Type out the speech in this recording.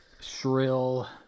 shrill